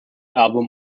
album